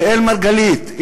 אראל מרגלית,